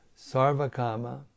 Sarvakama